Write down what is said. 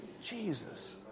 Jesus